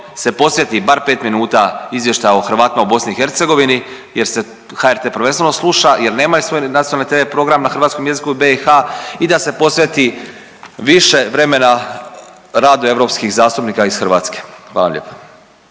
se posveti bar 5 minuta izvještajima o Hrvatima u BiH jer se HRT prvenstveno sluša, jer nemaju svoj tv program na hrvatskom jeziku BiH-a i da se posveti više vremena radu europskih zastupnika iz Hrvatske. Hvala lijepa.